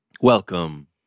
Welcome